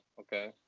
okay